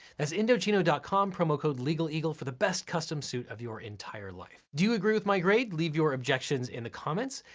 that's indochino com, promo code legaleagle for the best custom suit of your entire life. do you agree with my grade? leave your objections in the comments,